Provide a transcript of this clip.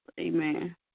Amen